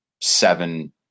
seven